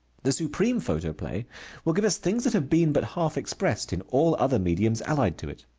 the supreme photoplay will give us things that have been but half expressed in all other mediums allied to it.